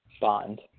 bond